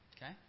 Okay